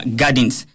gardens